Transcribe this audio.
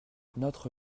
notre